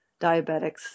diabetics